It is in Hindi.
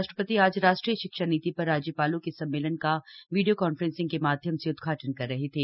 राष्ट्रपति आज राष्ट्रीय शिक्षा नीति पर राज्यपालों के सम्मेलन का वीडियो कांफ्रेंस के माध्यम से उद्घाटन कर रहे थे